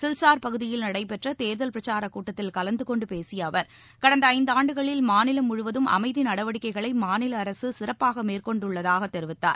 சில்சார் பகுதியில் நடைபெற்றதேர்தல் பிரச்சாரக் கூட்டத்தில் கலந்தகொண்டுபேசியஅவர் கடந்தஐந்தாண்டுகளில் மாநிலம் முழுவதும் அமைதிநடவடிக்கைகளைமாநிலஅரகசிறப்பாகமேற்கொண்டுள்ளதாகத் தெரிவித்தார்